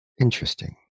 Interesting